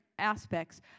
Aspects